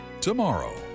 tomorrow